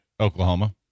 Oklahoma